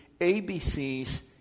ABCs